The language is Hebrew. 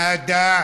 נאדה.